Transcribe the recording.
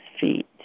feet